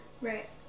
Right